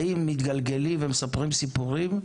האם מתגלגלים ומספרים סיפורים,